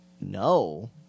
No